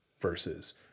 versus